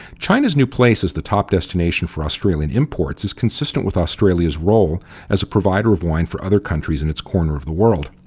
china's new place as the top destination for australian imports is consistent with australia's role as a provider of wine for other countries in its corner of the world,